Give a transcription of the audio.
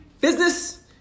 business